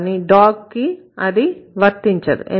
కానీ Dog కి అది వర్తించదు